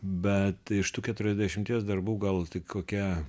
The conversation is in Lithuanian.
bet iš tų keturiasdešimties darbų gal tik kokie